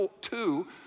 two